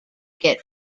get